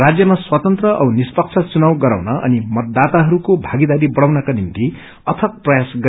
राज्यमा स्वतन्त्र औ निष्पक्ष चुनाव गराउन अनि मतदाताहरूको भागीदारी बढ़ाउको निभ्ति अयक प्रयास गरिन्दैछ